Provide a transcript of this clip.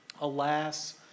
Alas